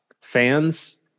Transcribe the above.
fans